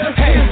hey